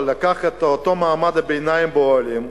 לקח את אותו מעמד ביניים שנמצא באוהלים,